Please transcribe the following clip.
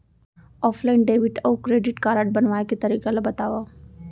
Offline debit अऊ credit card बनवाए के तरीका ल बतावव?